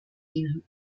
dienen